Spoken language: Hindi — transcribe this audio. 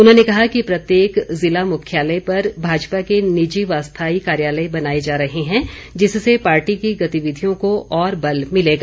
उन्होंने कहा कि प्रत्येक ज़िला मुख्यालय पर भाजपा के निजी व स्थायी कार्यालय बनाए जा रहे हैं जिससे पार्टी की गतिविधियों को और बल मिलेगा